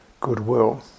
goodwill